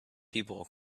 people